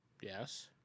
Yes